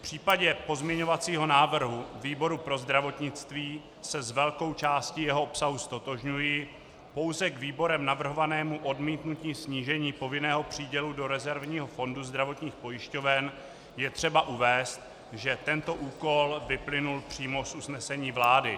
V případě pozměňovacího návrhu výboru pro zdravotnictví se s velkou částí jeho obsahu ztotožňuji, pouze k výborem navrhovanému odmítnutí snížení povinného přídělu do rezervního fondu zdravotních pojišťoven je třeba uvést, že tento úkol vyplynul přímo z usnesení vlády.